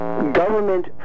Government